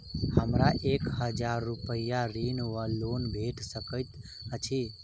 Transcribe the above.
हमरा एक हजार रूपया ऋण वा लोन भेट सकैत अछि?